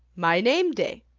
my name-day.